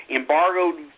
embargoed